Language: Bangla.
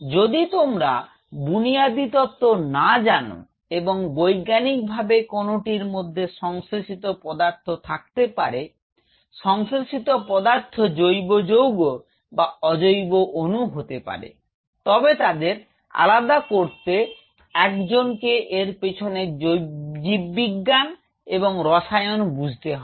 যদি তোমরা বুনিয়াদি তত্ত্ব না জান এবং বৈজ্ঞানিকভাবে কোনওটির মধ্যে সংশ্লেষিত পদার্থ থাকতে পারে সংশ্লেষিত পদার্থ জৈব যৌগ বা অজৈব অণু হতে পারে তবে তাদের আলাদা করতে একজনকে এর পেছনের জীববিজ্ঞান এবং রসায়ন বুঝতে হবে